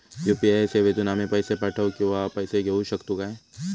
UPI सेवेतून आम्ही पैसे पाठव किंवा पैसे घेऊ शकतू काय?